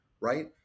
right